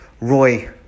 Roy